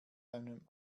einem